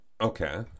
Okay